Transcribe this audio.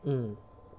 mm